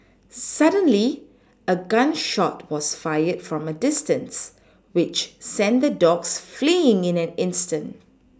suddenly a gun shot was fired from a distance which sent the dogs fleeing in an instant